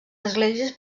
esglésies